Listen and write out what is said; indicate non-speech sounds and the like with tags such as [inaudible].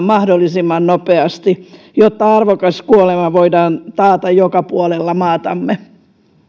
[unintelligible] mahdollisimman nopeasti jotta arvokas kuolema voidaan taata joka puolella maatamme